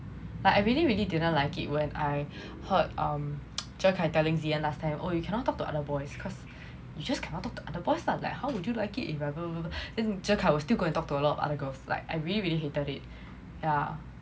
like I really really didn't like it when I heard um jiao kai telling zi yan last time oh you cannot talk to other boys cause you just cannot talk to other boys lah like how would you like it if I jiao kai was still gonna talk to other girls like I really really hated it yeah